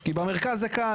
כי במרכז זה קל.